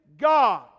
God